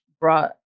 brought